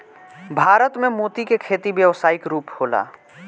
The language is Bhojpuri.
भारत में मोती के खेती व्यावसायिक रूप होला